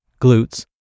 glutes